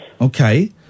Okay